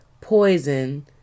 poison